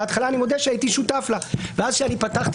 בהתחלה אני מודה שהייתי שותף לה ואז כשאני פתחתי